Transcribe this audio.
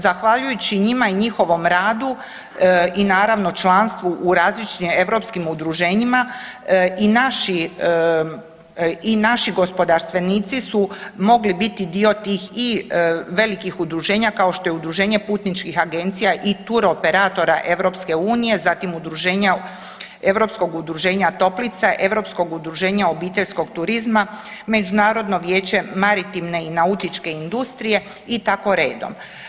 Zahvaljujući njima i njihovom radu i naravno članstvu u različitim europskim udruženjima i naši i naši gospodarstvenici su mogli biti dio tih i velikih udruženja kao što je udruženje putničkih agencija i turoperatora EU, zatim udruženja Europskog udruženja toplica, Europskog udruženja obiteljskog turizma, Međunarodno vijeće maritimne i nautičke industrije i tako redom.